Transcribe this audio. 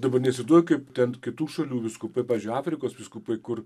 dabar neįsivaizduoju ten kitų šalių vyskupai pavyzdžiui afrikos vyskupai kur